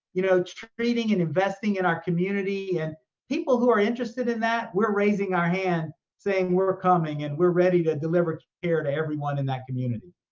you know trading and investing in our community. and people who are interested in that, we're raising our hand, saying, we're coming and we're ready to deliver care to everyone in that community.